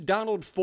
Donald